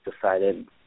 decided